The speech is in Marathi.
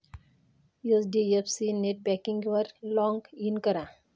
एच.डी.एफ.सी नेटबँकिंगवर लॉग इन करा